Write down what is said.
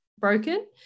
broken